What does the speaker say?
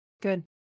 Good